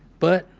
but,